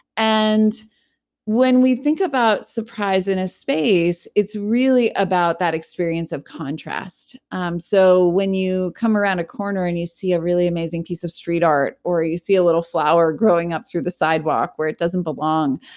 and when we think about surprise in a space, it's really about that experience of contrast um so, when you come around a corner and you see a really amazing piece of street art, or you see a little flower growing up through the sidewalk where it doesn't belong.